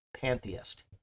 pantheist